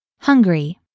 hungry